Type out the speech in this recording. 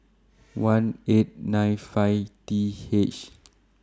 one eight nine five T H